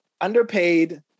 underpaid